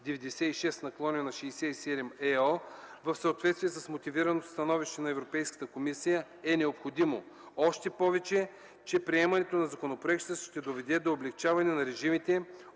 Директива 96/67/ЕО в съответствие с Мотивираното становище на Европейската комисия, е необходимо, още повече, че приемането на законопроекта ще доведе до облекчаване на режимите,